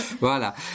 Voilà